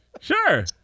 Sure